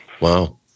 Wow